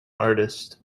artist